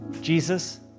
Jesus